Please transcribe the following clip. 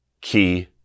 key